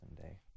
someday